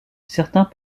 certains